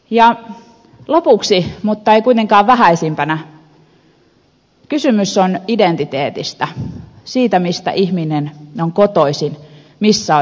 ja lopuksi mutta ei kuitenkaan vähäisimpänä kysymys on identiteetistä siitä mistä ihminen on kotoisin missä ovat juuret